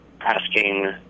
asking